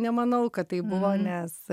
nemanau kad tai buvo nes